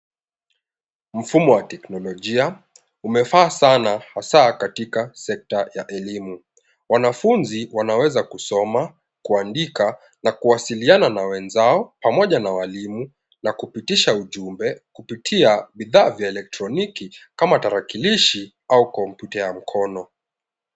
Mfumo wa teknolojia umefaa sana hasa katika sekta ya elimu. Wanafunzi wanaweza kusoma, kuandika na kuwasiliana na wenzao pamoja na walimu na kupitisha ujumbe kupitia bidhaa vya elektroniki kama tarakilishi au kompyuta ya mkono.